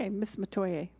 ah miss metoyer.